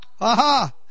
Aha